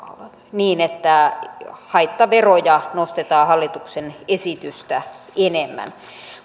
niin että haittaveroja nostetaan hallituksen esitystä enemmän